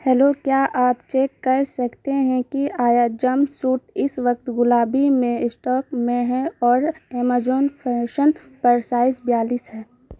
hello کیا آپ check کر سکتے ہیں کہ آیا جمپ سوٹ اس وقت گلابی میں اسٹاک میں ہے اور ایمیجون فیشن پر سائز بیالیس ہے